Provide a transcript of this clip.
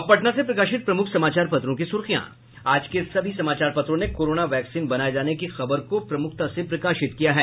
अब पटना से प्रकाशित प्रमुख समाचार पत्रों की सुर्खियां आज के सभी समाचार पत्रों ने कोरोना वैक्सीन बनाये जाने की खबर को प्रमुखता से प्रकाशित किया है